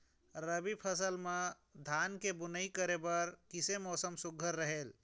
रबी फसल म धान के बुनई करे बर किसे मौसम सुघ्घर रहेल?